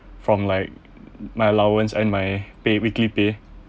from like my allowance and my pay weekly pay